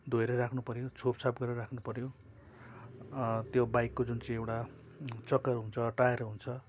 धोएर राख्नुपऱ्यो छोपछाप गरेर राख्नुपऱ्यो त्यो बाइकको जुन चाहिँ एउटा चक्का हुन्छ टायर हुन्छ